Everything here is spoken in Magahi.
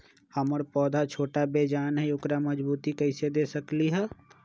हमर पौधा छोटा बेजान हई उकरा मजबूती कैसे दे सकली ह?